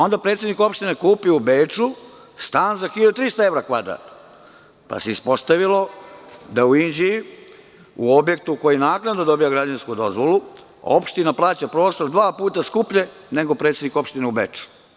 Onda je predsednik opštine kupio u Beču za 1.300 evra kvadrat, pa se ispostavilo da u Inđiji, u objektu koji je naknadno dobio građevinsku dozvolu, opština plaća prostor dva puta skuplje nego predsednik opštine u Beču.